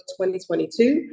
2022